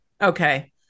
Okay